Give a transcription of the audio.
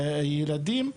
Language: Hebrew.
הילדים.